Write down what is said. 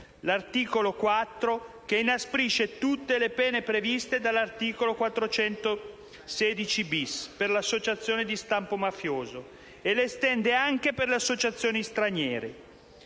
l'articolo 4, che inasprisce tutte le pene previste dall'articolo 416-*bis* del codice penale per l'associazione di stampo mafioso e le estende anche per le associazioni straniere.